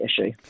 issue